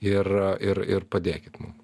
ir ir ir padėkit mum